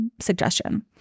suggestion